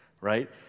right